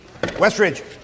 Westridge